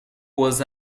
was